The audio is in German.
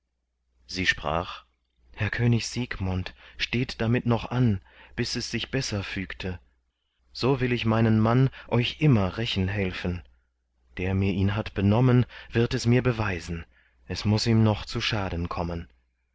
sie sprach herr könig siegmund steht damit noch an bis es sich besser fügte so will ich meinen mann euch immer rächen helfen der mir ihn hat benommen wird es mir bewiesen es muß ihm noch zu schaden kommen